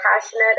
passionate